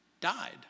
died